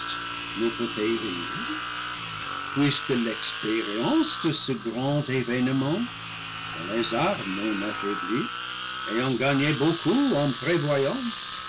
ne peut périr puisque l'expé rience de ce grand événement dans les armes non affaiblies ayant gagné beaucoup en prévoyance